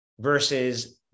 versus